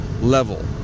level